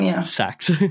sex